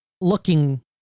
looking